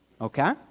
okay